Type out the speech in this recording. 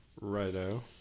Righto